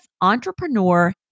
entrepreneur